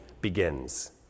begins